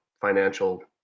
financial